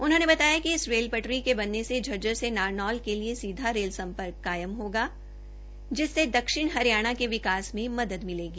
उन्होंने बताया कि रेल पटरी के बनने से झज्जर से नारनौल के लिए सीधा रेल सम्पर्क कायम होगा जिससे दक्षिण हरियाणा के विकास में मदद मिलेगी